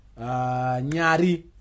Nyari